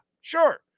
sure